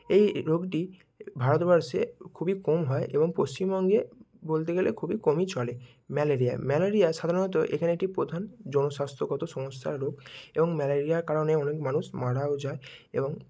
এই রোগটি এ ভারতবর্ষে খুবই কম হয় এবং পশ্চিমবঙ্গে বলতে গেলে খুবই কমই চলে ম্যালেরিয়া ম্যালেরিয়া সাধারণত এখানে একটি প্রধান জনস্বাস্থ্যগত সমস্যার রোগ এবং ম্যালেরিয়ার কারণে অনেক মানুষ মারাও যায় এবং